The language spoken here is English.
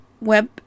web